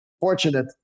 fortunate